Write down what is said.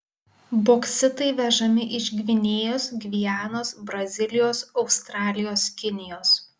boksitai vežami iš gvinėjos gvianos brazilijos australijos kinijos